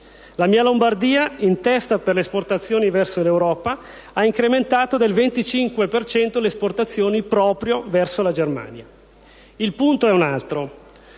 La mia Lombardia, in testa per le esportazioni verso l'Europa, ha incrementato del 25 per cento le esportazioni proprio verso la Germania. Il punto è un altro.